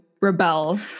rebel